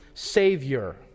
Savior